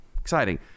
Exciting